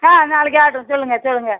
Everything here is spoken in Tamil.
ஆ நாளைக்கு ஆகட்டும் சொல்லுங்கள் சொல்லுங்கள்